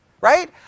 right